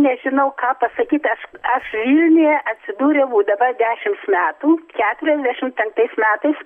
nežinau ką pasakyt aš aš vilniuje atsidūriau dabar dešimts metų keturiasdešimt penktais metais